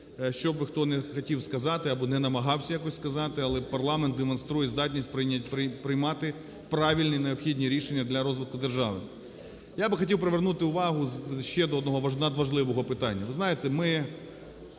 Що б хто не хотів сказати, або не намагався якось сказати, але парламент демонструє здатність приймати правильні й необхідні рішення для розвитку держави. Я би хотів привернути увагу ще до одного надважливого питання.